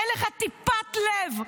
אין לך טיפת לב,